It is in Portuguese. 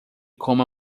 coma